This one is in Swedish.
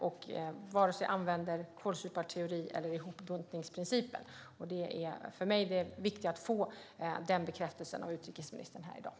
Man ska inte använda kålsuparteorin eller hopbuntningsprincipen. Det är för mig viktigt att få den bekräftelsen från utrikesministern här i dag.